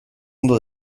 ondo